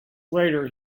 later